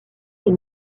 les